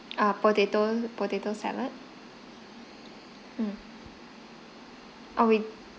err potato potato salad mm err we